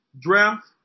draft